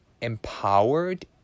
empowered